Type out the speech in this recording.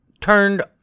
turned